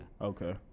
Okay